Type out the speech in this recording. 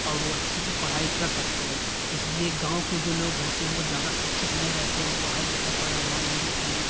और वो अच्छे से पढ़ाई कर सकते हैं इसलिए गाँव के जो लोग होते हैं वो ज्यादा शिक्षित नहीं रहते हैं वो पढ़ाई पर ज्यादा ध्यान नहीं देते हैं